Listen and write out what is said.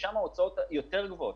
ששם ההוצאות יותר גבוהות.